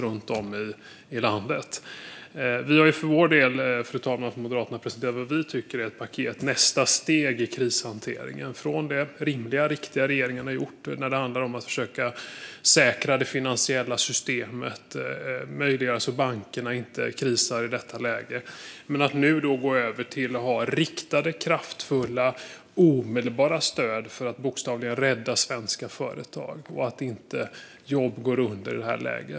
Vi moderater har för vår del presenterat vad vi tycker är nästa steg i krishanteringen, från det rimliga och riktiga som regeringen har gjort när det handlar om att försöka säkra det finansiella systemet och möjliggöra att bankerna inte krisar i detta läge till att gå över till riktade, kraftfulla och omedelbara stöd för att bokstavligen rädda svenska företag, så att jobb inte går under i det här läget.